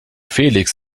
felix